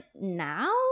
now